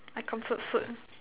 I comfort food